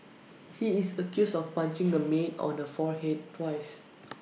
he is accused of punching the maid on her forehead twice